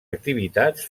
activitats